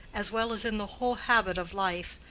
as well as in the whole habit of life,